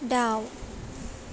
दाउ